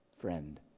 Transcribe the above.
Friend